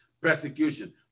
persecution